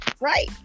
right